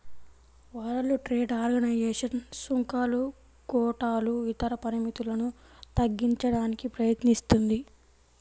world trade organization సుంకాలు, కోటాలు ఇతర పరిమితులను తగ్గించడానికి ప్రయత్నిస్తుంది